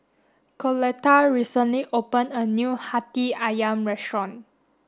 Coletta recently opened a new Hati Ayam restaurant